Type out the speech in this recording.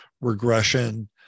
regression